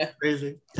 Crazy